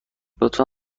لطفا